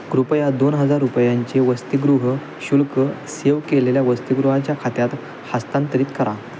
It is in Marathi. कृपया दोन हजार रुपयांचे वसतिगृह शुल्क सेव्ह केलेल्या वसतिगृहाच्या खात्यात हस्तांतरित करा